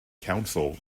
counsel